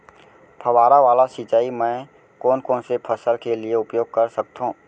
फवारा वाला सिंचाई मैं कोन कोन से फसल के लिए उपयोग कर सकथो?